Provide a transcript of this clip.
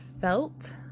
felt